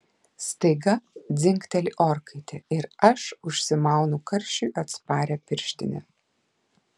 staiga dzingteli orkaitė ir aš užsimaunu karščiui atsparią pirštinę